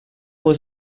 was